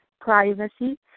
privacy